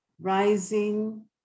rising